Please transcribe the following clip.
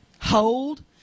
Hold